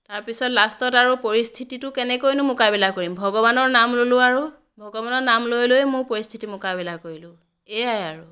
তাৰ পিছত লাষ্টত আৰু পৰিস্থিতিটো কেনেকৈনো মোকাবিলা কৰিম ভগৱানৰ নাম ল'লো আৰু ভগৱানঅ নাম লৈ লৈয়ে মই পৰিস্থিতিৰ মোকাবিলা কৰিলোঁ এইয়াই আৰু